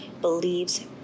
believes